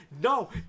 No